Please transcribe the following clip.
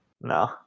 No